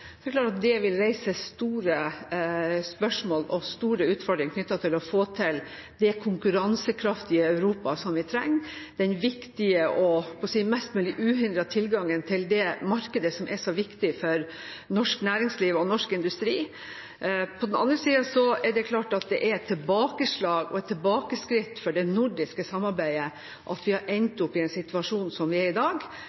klart at det vil reise store spørsmål og store utfordringer knyttet til å få til det konkurransekraftige Europa som vi trenger, den viktige og – holdt jeg på å si – den mest mulige uhindrede tilgangen til det markedet som er så viktig for norsk næringsliv og norsk industri. På den andre sida er det klart at det er et tilbakeslag og et tilbakeskritt for det nordiske samarbeidet at vi har